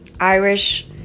Irish